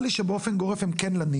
נראה לי שבאופן גורף הם כן לנים,